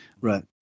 Right